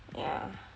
yah